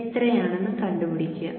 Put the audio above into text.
എത്രയാണെന്നും കണ്ടുപിടിക്കുക